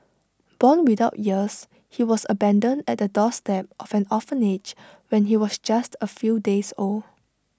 born without ears he was abandoned at the doorstep of an orphanage when he was just A few days old